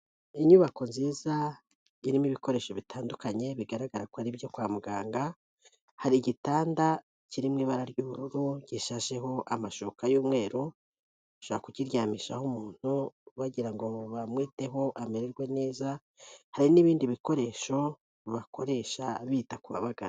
Inyubako nziza irimo ibikoresho bitandukanye, bigaragara ko ari byo kwa muganga, hari igitanda kirimo ibara ry'ubururu, gishajeho amashuka y'umweru, bashaka kukiryamishaho umuntu bagira ngo bamwiteho amererwe neza, hari n'ibindi bikoresho bakoresha bita ku babagana.